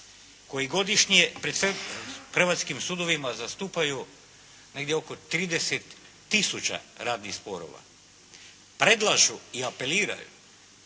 koji godišnje pred hrvatskim sudovima zastupaju negdje oko 30 tisuća radnih sporova predlažu i apeliraju